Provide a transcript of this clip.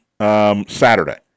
Saturday